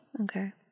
Okay